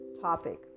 topic